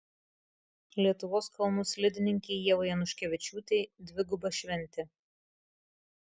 lietuvos kalnų slidininkei ievai januškevičiūtei dviguba šventė